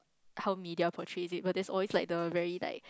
how media portrays it but there's always like the very like